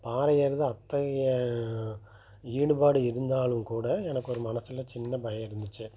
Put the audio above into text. பாறை ஏறுவது அத்தகைய ஈடுபாடு இருந்தாலும் கூட எனக்கு ஒரு மனசில் சின்ன பயம் இருந்துச்சு